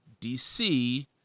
dc